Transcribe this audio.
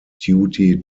duty